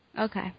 Okay